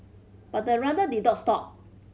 but the runners did not stop